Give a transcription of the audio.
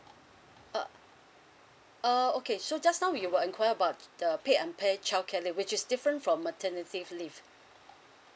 uh oh okay so just now we were inquire about the paid unpaid child care leave which is different from maternity leave